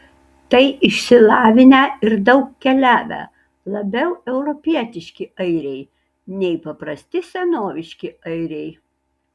tai išsilavinę ir daug keliavę labiau europietiški airiai nei paprasti senoviški airiai